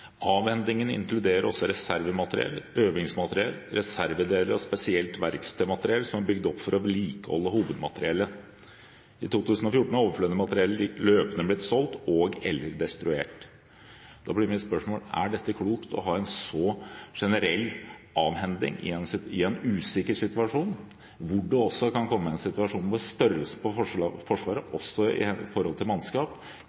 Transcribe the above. Avhendingen inkluderer også reservemateriell, øvingsmateriell, reservedeler og spesielt verkstedmateriell som er bygd opp for å vedlikeholde hovedmateriellet. I 2014 er overflødig materiell løpende blitt solgt og/eller destruert.» Da blir mitt spørsmål: Er det klokt å ha en så generell avhending i en usikker situasjon, hvor en også kan komme i en situasjon hvor størrelsen på Forsvaret også når det gjelder mannskap,